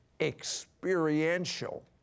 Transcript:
experiential